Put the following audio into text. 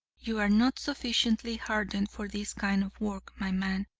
you are not sufficiently hardened for this kind of work, my man,